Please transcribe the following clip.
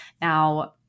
Now